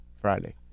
Friday